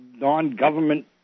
non-government